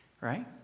Right